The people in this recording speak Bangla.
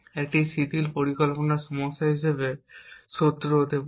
একটি শিথিল পরিকল্পনা সমস্যা হিসাবে শত্রু হতে পারে